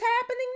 happening